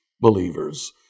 believers